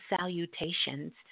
salutations